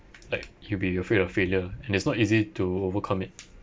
like you'll be afraid of failure and it's not easy to overcome it